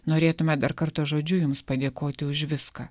norėtume dar kartą žodžiu jums padėkoti už viską